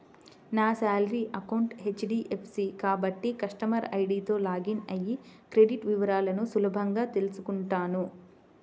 నా salary account HDFC కాబట్టి customer ఐడీతో లాగిన్ అయ్యి క్రెడిట్ వివరాలను సులభంగా తెల్సుకుంటాను